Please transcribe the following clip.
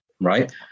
Right